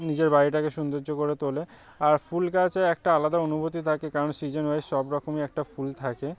নিজের বাড়িটাকে সৌন্দর্য করে তোলে আর ফুল গাছে একটা আলাদা অনুভূতি থাকে কারণ সিজেন ওয়াইস সব রকমই একটা ফুল থাকে